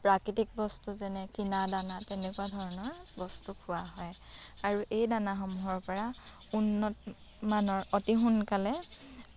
প্ৰাকৃতিক বস্তু যেনে কিনা দানা তেনেকুৱা ধৰণৰ বস্তু খুওৱা হয় আৰু এই দানাসমূহৰ পৰা উন্নতমানৰ অতি সোনকালে